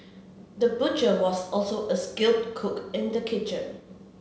the butcher was also a skilled cook in the kitchen